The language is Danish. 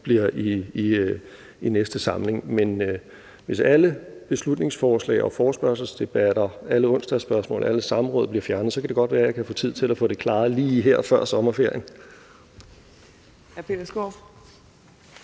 bliver i næste samling. Men hvis alle beslutningsforslag, forespørgselsdebatter, alle onsdagsspørgsmål og alle samråd bliver fjernet, kan det godt være, jeg kan få tid til at få det klaret lige før sommerferien.